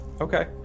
Okay